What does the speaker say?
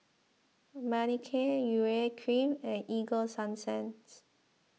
Manicare Urea Cream and Ego Sunsense